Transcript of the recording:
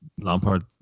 Lampard